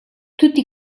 tutti